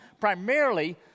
primarily